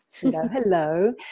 Hello